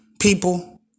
people